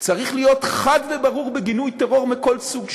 צריך להיות חד וברור בגינוי טרור מכל סוג שהוא.